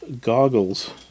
goggles